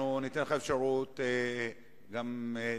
ניתן לך אפשרות להתייחס.